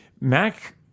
Mac